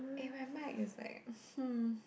eh the mic is like hmm